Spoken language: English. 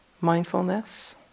mindfulness